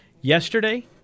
yesterday